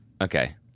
Okay